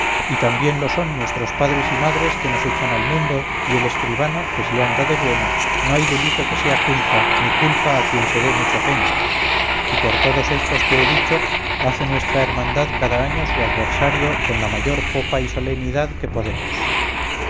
y también lo son nuestros padres y madres que nos echan al mundo y el escribano que si anda de buena no hay delito que sea culpa ni culpa a quien se dé mucha pena y por todos estos que he dicho hace nuestra hermandad cada año su adversario con la mayor popa y solenidad que podemos